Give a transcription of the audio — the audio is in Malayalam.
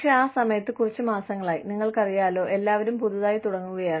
പക്ഷേ ആ സമയത്ത് കുറച്ച് മാസങ്ങളായി നിങ്ങൾക്കറിയാലോ എല്ലാവരും പുതുതായി തുടങ്ങുകയാണ്